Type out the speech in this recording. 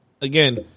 again